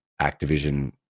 Activision